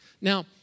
Now